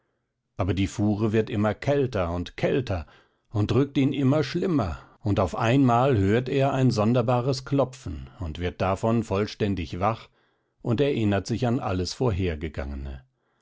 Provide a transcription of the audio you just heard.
aber die fuhre wird immer kälter und kälter und drückt ihn immer schlimmer und auf einmal hört er ein sonderbares klopfen und wird davon vollständig wach und erinnert sich an alles vorhergegangene